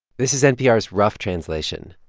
this is npr's rough translation.